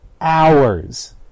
hours